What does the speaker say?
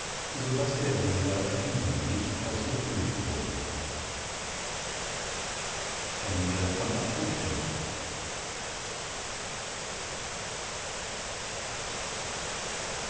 so daß der lehrer wieder nicht aus ihr klug wurde